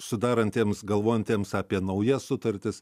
sudarantiems galvojantiems apie naujas sutartis